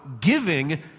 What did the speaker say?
giving